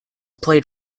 played